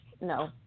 No